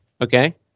okay